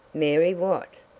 mary what?